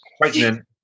pregnant